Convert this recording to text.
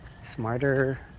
smarter